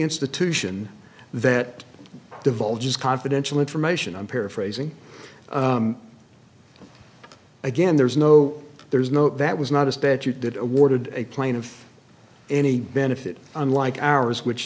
institution that divulge his confidential information i'm paraphrasing again there's no there's no that was not a statute that awarded a plaintiff any benefit unlike ours which